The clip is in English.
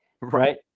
right